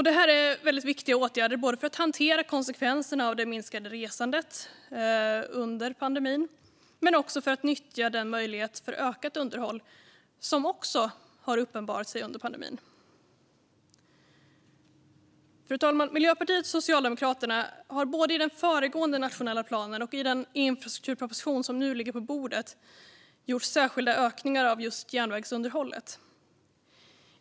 Detta är väldigt viktiga åtgärder, både för att hantera konsekvenserna av det minskade resandet under pandemin och för att nyttja den möjlighet till ökat underhåll som också har uppenbarat sig under pandemin. Fru talman! Miljöpartiet och Socialdemokraterna har både i den föregående nationella planen och i den infrastrukturproposition som nu ligger på bordet gjort särskilda ökningar av just järnvägsunderhållet.